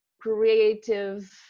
creative